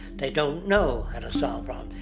they don't know how to solve um